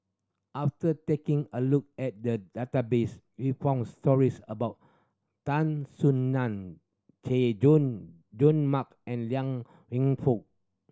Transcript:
after taking a look at the that database we found stories about Tan Soo Nan Chay Jung Jun Mark and Liang Wenfu